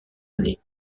année